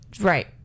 Right